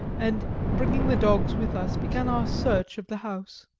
and bringing the dogs with us, began our search of the house.